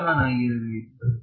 ಸಮನಾಗಿರಬೇಕು